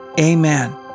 Amen